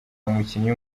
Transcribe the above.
umukinnyi